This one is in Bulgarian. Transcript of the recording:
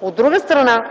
От друга страна,